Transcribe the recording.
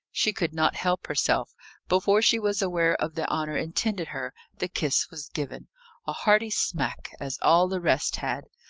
she could not help herself before she was aware of the honour intended her, the kiss was given a hearty smack, as all the rest had.